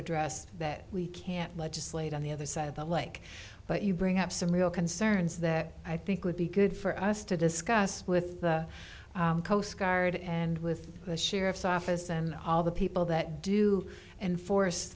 address that we can't legislate on the other side the like but you bring up some real concerns that i think would be good for us to discuss with the coast guard and with the sheriff's office and all the people that do and force